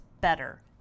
better